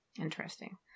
Interesting